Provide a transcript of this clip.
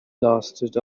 lasted